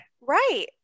right